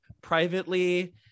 privately